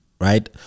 right